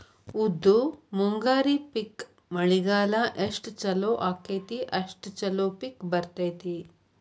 ಉದ್ದು ಮುಂಗಾರಿ ಪಿಕ್ ಮಳಿಗಾಲ ಎಷ್ಟ ಚಲೋ ಅಕೈತಿ ಅಷ್ಟ ಚಲೋ ಪಿಕ್ ಬರ್ತೈತಿ